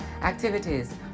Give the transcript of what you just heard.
activities